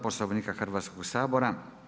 Poslovnika Hrvatskog sabora.